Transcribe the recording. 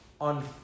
on